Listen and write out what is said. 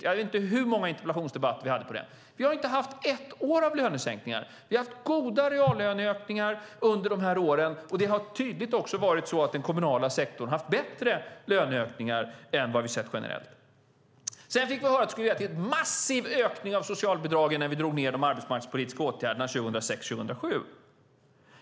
Jag vet inte hur många interpellationsdebatter som vi har haft om det. Vi har inte haft ett år med lönesänkningar. Vi har haft goda reallöneökningar under dessa år. Det har också tydligt varit så att den kommunala sektorn har haft bättre löneökningar än vad vi har sett generellt. Sedan fick vi höra att det skulle bli en massiv ökning av socialbidragen när vi drog ned de arbetsmarknadspolitiska åtgärderna 2006-2007.